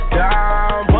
down